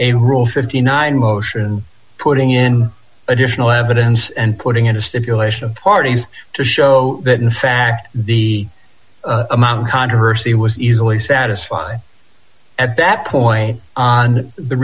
a rule fifty nine dollars motion putting in additional evidence and putting in a stipulation of the parties to show that in fact the amount of controversy was easily satisfied at that point on the